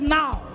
now